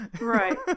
Right